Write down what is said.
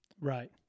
Right